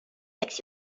fix